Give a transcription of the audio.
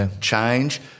change